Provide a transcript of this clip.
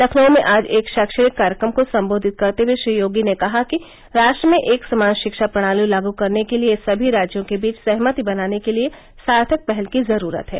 लखनऊ में आज एक शैक्षणिक कार्यक्रम को संबेधित करते हुए श्री योगी ने कहा कि राष्ट्र में एक समान शिक्षा प्रणाली लागू करने के लिए सभी राज्यों के बीच सहमति बनाने के लिए सार्थक पहल की जरूरत है